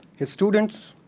his students,